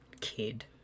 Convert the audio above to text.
kid